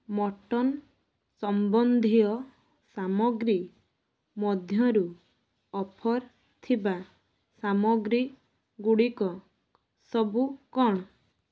mutton ସମ୍ବନ୍ଧୀୟ ସାମଗ୍ରୀ ମଧ୍ୟରୁ ଅଫର୍ ଥିବା ସାମଗ୍ରୀଗୁଡ଼ିକ ସବୁ କ'ଣ